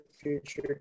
Future